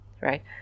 right